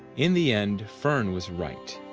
in the end fern was right.